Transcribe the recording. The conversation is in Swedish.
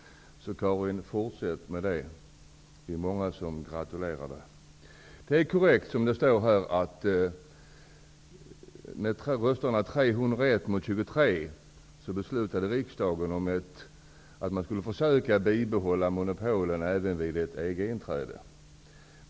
Fortsätt därför med detta, Karin Israelsson. Det är många som gratulerar henne. Det är, som framgår av svaret, korrekt att riksdagen med röstsiffrorna 301 mot 23 fattade beslut om att man skulle försöka bibehålla monopolen även vid ett EG-inträde.